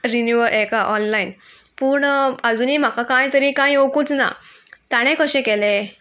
renewal हेका online पूण आजुनूय म्हाका कांय तरी कांय येवंकूच ना ताणें कशें केलें